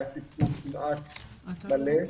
היה סבסוד כמעט מלא.